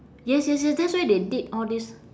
yes yes yes that's why they did all this